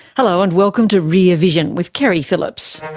hello, and welcome to rear vision with keri phillips.